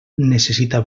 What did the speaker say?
necessita